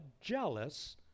jealous